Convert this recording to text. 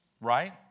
right